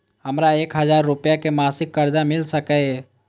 हमरा एक हजार रुपया के मासिक कर्जा मिल सकैये?